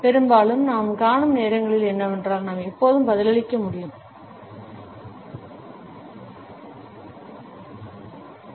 பெரும்பாலும் நாம் காணும் நேரங்கள் என்னவென்றால் நாம் எப்போதுமே பதிலளிக்க முடியும் 24 7 சிலர் அதை ஒருபோதும் எதிர்பார்க்க மாட்டார்கள் என்று சிலர் எதிர்பார்க்கிறார்கள்